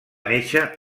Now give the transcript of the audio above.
néixer